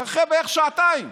אחרי שעתיים